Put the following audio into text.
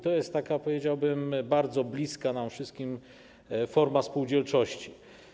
To jest taka, powiedziałbym, bardzo bliska nam wszystkim forma spółdzielczości.